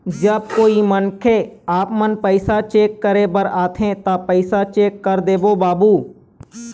जब कोई मनखे आपमन पैसा चेक करे बर आथे ता पैसा चेक कर देबो बाबू?